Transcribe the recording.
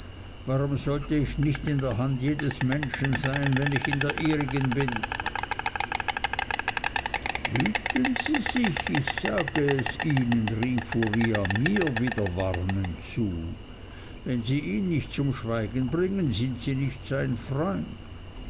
warum sollte ich nicht in der hand jedes menschen sein wenn ich in der ihrigen bin hüten sie sich ich sag es ihnen rief uriah mir wieder warnend zu wenn sie ihn nicht zum schweigen bringen sind sie nicht sein freund